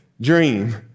dream